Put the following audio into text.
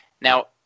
Now